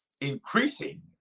increasing